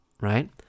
right